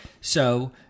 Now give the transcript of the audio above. So-